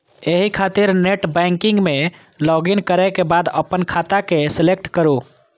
एहि खातिर नेटबैंकिग मे लॉगइन करै के बाद अपन खाता के सेलेक्ट करू